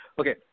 Okay